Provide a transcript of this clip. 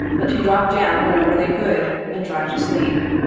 but to drop down wherever they could, and try to sleep.